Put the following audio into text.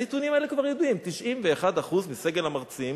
הנתונים האלה כבר ידועים: 91% מסגל המרצים